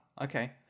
okay